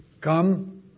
Come